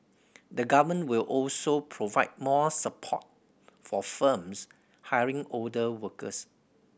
the Government will also provide more support for firms hiring older workers